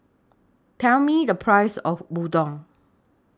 Tell Me The Price of Udon